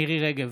מירי מרים רגב,